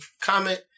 comment